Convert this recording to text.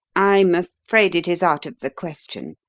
i'm afraid it is out of the question